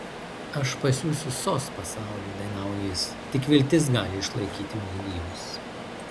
aš pasiųsiu sos pasauliu dainavo jis tik viltis gali išlaikyti mus gyvus